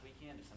weekend